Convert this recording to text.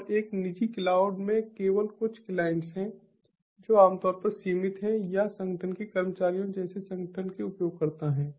और एक निजी क्लाउड में केवल कुछ क्लाइंट हैं जो आमतौर पर सीमित हैं या संगठन के कर्मचारियों जैसे संगठन के उपयोगकर्ता हैं